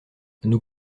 nous